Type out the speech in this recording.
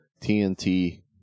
TNT